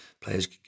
players